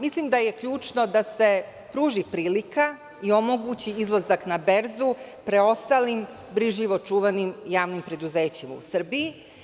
Mislim da je ključno da se pruži prilika i omogući izlazak na berzu preostalim, brižljivo čuvanim, javnim preduzećima u Srbiji.